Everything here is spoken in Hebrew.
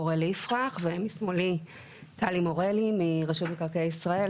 אוראל יפרח ומשמאלי טלי מורלי מרשות מקרקעי ישראל,